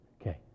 Okay